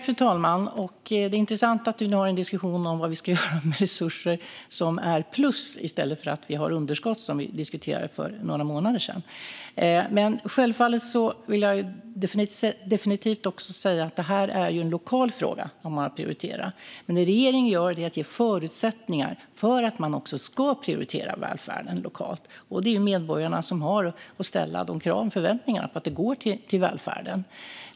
Fru talman! Det är intressant att vi nu har en diskussion om vad vi ska göra med resurser på plussidan i stället för underskott, som vi diskuterade för några månader sedan. Jag vill säga att vad man prioriterar självfallet är en lokal fråga. Vad regeringen gör är att ge förutsättningar för att man också ska prioritera välfärden lokalt, och det är ju medborgarna som har att ställa dessa krav och förväntningar på att resurserna går till välfärden.